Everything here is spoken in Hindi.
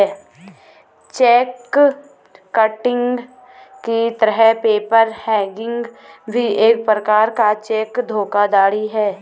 चेक किटिंग की तरह पेपर हैंगिंग भी एक प्रकार का चेक धोखाधड़ी है